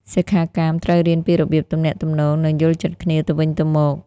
សិក្ខាកាមត្រូវរៀនពីរបៀបទំនាក់ទំនង និងយល់ចិត្តគ្នាទៅវិញទៅមក។